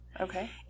Okay